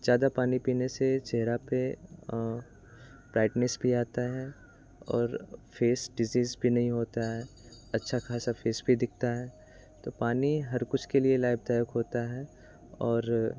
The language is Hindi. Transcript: ज़्यादा पानी पीने से चेहरे पे ब्राईटनेस भी आती है और फ़ेस डिसीज़ भी नहीं होती है अच्छा खासा फ़ेस भी दिखता है तो पानी हर कुछ के लिए लाभदायक होता है और